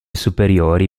superiori